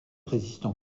résistant